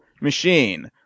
machine